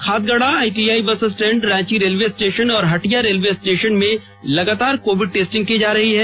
Khadgarha ITI bus stand Ranchi railway station और Hatia railway station में लगातार कोविड टेस्टिंग की जा रही है